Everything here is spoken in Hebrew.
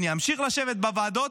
אני אמשיך לשבת בוועדות,